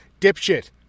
dipshit